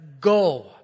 Go